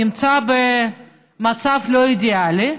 נמצא במצב לא אידיאלי.